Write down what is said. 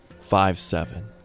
five-seven